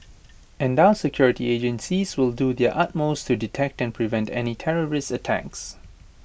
and our security agencies will do their utmost to detect and prevent any terrorist attacks